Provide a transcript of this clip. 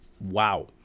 wow